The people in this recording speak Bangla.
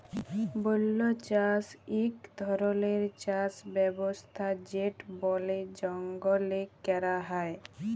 বল্য চাষ ইক ধরলের চাষ ব্যবস্থা যেট বলে জঙ্গলে ক্যরা হ্যয়